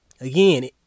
Again